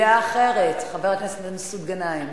דעה אחרת, חבר הכנסת מסעוד גנאים.